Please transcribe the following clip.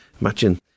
imagine